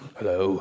Hello